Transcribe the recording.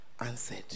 answered